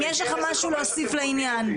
אם יש לך משהו להוסיף לעניין.